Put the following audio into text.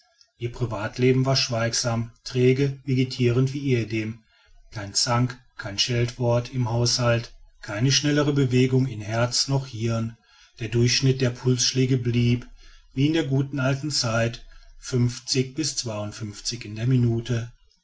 ihr privatleben war schweigsam träge vegetirend wie ehedem kein zank kein scheltwort im haushalt keine schnellere bewegung in herz noch hirn der durchschnitt der pulsschläge blieb wie in der guten alten zeit fünfzig bis zweiundfünfzig in der minute